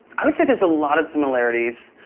i would say there's a lot of similarities.